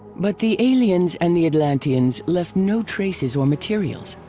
but the aliens and the atlanteans left no traces or materials.